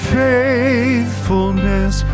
faithfulness